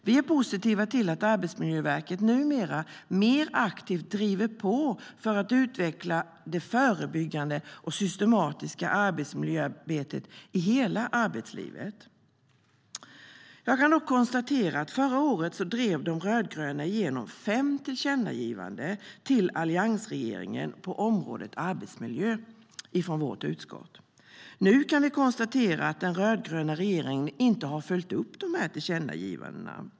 Vi är positiva till att Arbetsmiljöverket numera mer aktivt driver på för att utveckla det förebyggande och systematiska arbetsmiljöarbetet i hela arbetslivet. Jag kan konstatera att de rödgröna förra året drev igenom fem tillkännagivanden från vårt utskott till alliansregeringen på området arbetsmiljö. Nu kan vi konstatera att den rödgröna regeringen inte har följt upp dessa tillkännagivanden.